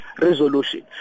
resolution